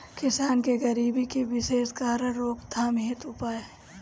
किसान के गरीबी के विशेष कारण रोकथाम हेतु उपाय?